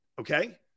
okay